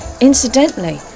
Incidentally